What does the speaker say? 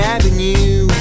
Avenue